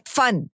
fun